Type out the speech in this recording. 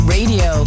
Radio